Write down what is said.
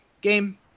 game